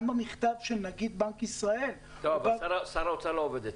גם במכתב של נגיד בנק ישראל --- שר האוצר לא עובד אצלם.